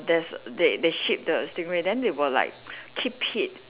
err there's they they ship the stingray then they will like keep it